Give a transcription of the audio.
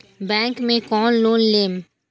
Bank में केना loan लेम?